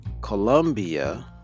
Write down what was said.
Colombia